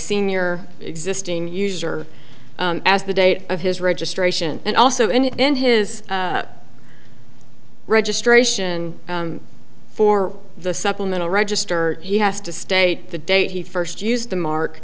senior existing user as the date of his registration and also and his registration for the supplemental register he has to state the date he first used the mark